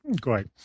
Great